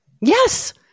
Yes